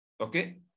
Okay